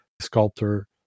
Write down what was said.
sculptor